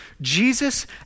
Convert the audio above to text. Jesus